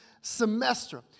semester